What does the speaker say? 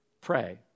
pray